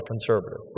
conservative